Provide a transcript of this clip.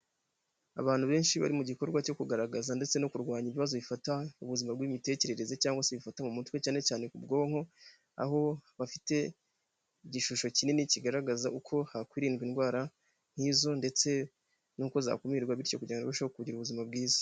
Abantu benshi bari mu gikorwa cyo kugaragaza ndetse no kurwanya ibibazo bifata ubuzima bw'imitekerereze, cyangwa se bifata mu mutwe cyane cyane ku bwonko, aho bafite igishusho kinini kigaragaza uko hakwirindwa indwara nk'izo, ndetse n'uko zakumirwa, bityo kugira ngo barusheho kugira ubuzima bwiza.